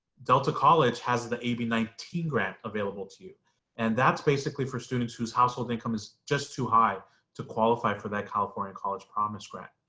delta college has the ab nineteen grant available to you and that's basically for students whose household income is just too high to qualify for that california college promise grant.